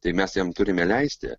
tai mes jam turime leisti